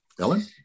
Ellen